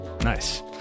Nice